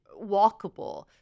walkable